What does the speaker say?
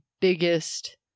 biggest